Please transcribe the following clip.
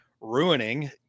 ruining